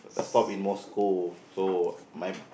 a stop in Moscow so my